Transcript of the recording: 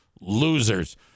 Losers